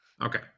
Okay